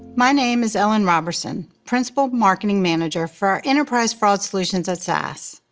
my name is ellen roberson, principal marketing manager for our enterprise fraud solutions at sas.